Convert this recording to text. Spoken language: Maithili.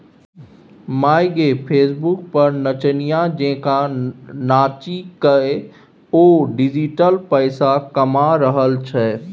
माय गे फेसबुक पर नचनिया जेंका नाचिकए ओ डिजिटल पैसा कमा रहल छै